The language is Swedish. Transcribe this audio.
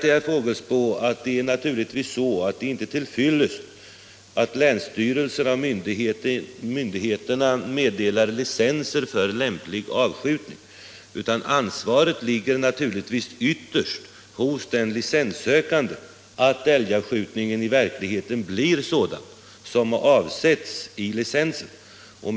Det är inte till fyllest att länsstyrelserna och myndigheterna meddelar licenser för lämplig avskjutning. Ansvaret för att älgavskjutningen i verkligheten blir sådan som avsetts i licensen ligger naturligtvis ytterst hos licensinnehavaren.